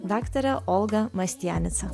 daktarė olga mastianica